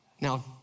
Now